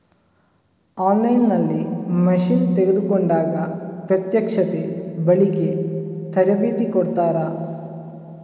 On line ನಲ್ಲಿ machine ತೆಕೋಂಡಾಗ ಪ್ರತ್ಯಕ್ಷತೆ, ಬಳಿಕೆ, ತರಬೇತಿ ಕೊಡ್ತಾರ?